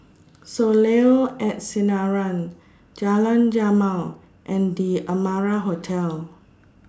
Soleil At Sinaran Jalan Jamal and The Amara Hotel